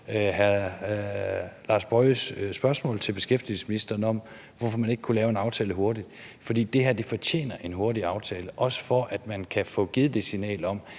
Mathiesens spørgsmål til beskæftigelsesministeren om, hvorfor man ikke kunne lave en aftale hurtigt. For det her fortjener en hurtig aftale, også for at man kan få givet det signal,